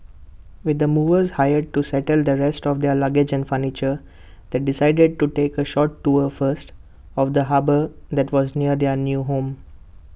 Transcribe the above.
with the movers hired to settle the rest of their luggage and furniture they decided to take A short tour first of the harbour that was near their new home